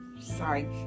sorry